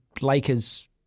Lakers